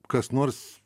kas nors